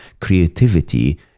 Creativity